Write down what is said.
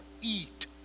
Eat